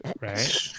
Right